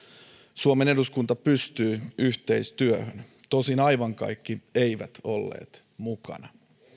suomen eduskunta pystyy yhteistyöhön tosin aivan kaikki eivät olleet mukana